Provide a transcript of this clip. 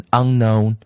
unknown